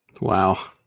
Wow